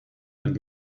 and